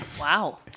Wow